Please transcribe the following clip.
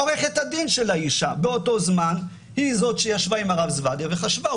עורכת הדין של האישה באותו זמן היא זאת שישבה עם הרב זבדיה וחשבה,